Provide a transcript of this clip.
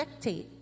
spectate